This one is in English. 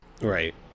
Right